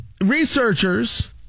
Researchers